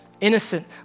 innocent